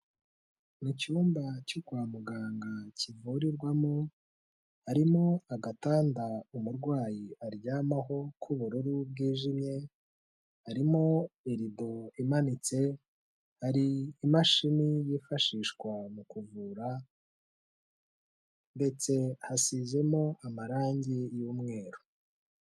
Icyumba cyo kwa muganga kivurirwamo, harimo agatanda umurwayi aryamaho k'ubururu bwijimye, harimo irido imanitse, hari imashini yifashishwa mu kuvura ndetse hasizemo amarangi y'umweru.